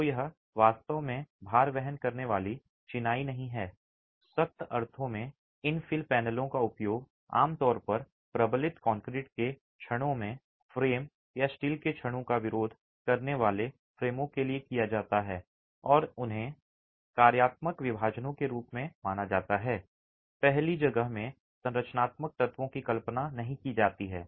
तो यह वास्तव में भार वहन करने वाली चिनाई नहीं है सख्त अर्थों में इन infill पैनलों का उपयोग आमतौर पर प्रबलित कंक्रीट के क्षणों में फ्रेम या स्टील के क्षणों का विरोध करने वाले फ़्रेमों के लिए किया जाता है और इन्हें कार्यात्मक विभाजनों के रूप में माना जाता है पहली जगह में संरचनात्मक तत्वों की कल्पना नहीं की जाती है